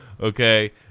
Okay